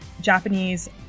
Japanese